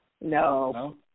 No